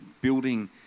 building